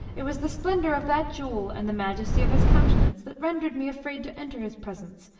it was the splendour of that jewel and the majesty of his countenance that rendered me afraid to enter his presence,